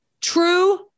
True